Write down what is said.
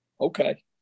Okay